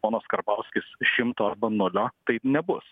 ponas karbauskis šimto arba nulio taip nebus